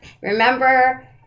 Remember